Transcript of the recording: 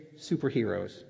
superheroes